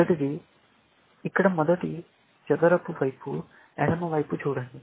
మొదటిది ఇక్కడ మొదటి చదరపు వైపు ఎడమ వైపు చూడండి